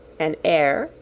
an air,